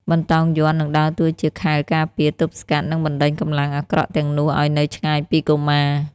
បន្តោងយ័ន្តនឹងដើរតួជាខែលការពារ ទប់ស្កាត់ និងបណ្ដេញកម្លាំងអាក្រក់ទាំងនោះឱ្យនៅឆ្ងាយពីកុមារ។